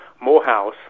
Morehouse